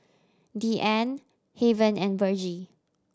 Deeann Haven and Virgie